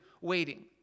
waiting